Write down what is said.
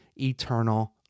eternal